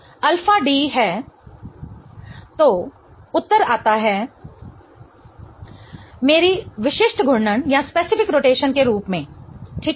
तो alpha D है αD 405 015 gml X 2 dm तो उत्तर आता है αD 135 as my specific rotation okay मेरी विशिष्ट घूर्णन के रूप में ठीक है